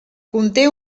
conté